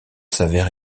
s’avère